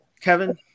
Kevin